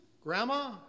grandma